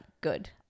good